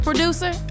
Producer